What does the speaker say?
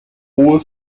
hohe